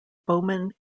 bowman